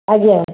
ଆଜ୍ଞା